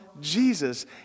Jesus